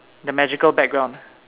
the magical background